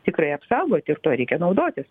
tikrai apsaugot ir tuo reikia naudotis